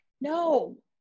No